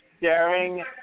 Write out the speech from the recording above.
sharing